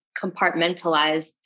compartmentalized